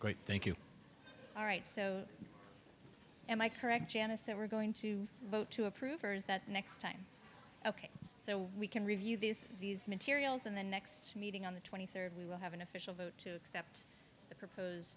great thank you all right so am i correct janice that we're going to vote to approve that next time ok so we can review these these materials in the next meeting on the twenty third we will have an official vote to accept the propose